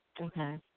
Okay